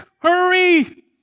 Hurry